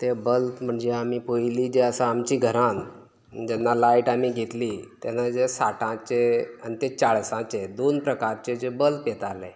तें बल्ब म्हणजे आमी पयलीं जे आसा आमचीं घरान जेन्ना लायट आमी घेतली तेन्ना जे साठांचे आनी तें चाळीसांचे दोन प्रकारचे जे बल्ब येताले